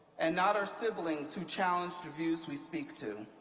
and not our siblings who challenge the views we speak to.